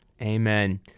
Amen